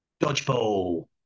Dodgeball